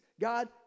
God